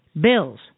bills